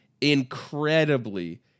Incredibly